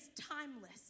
timeless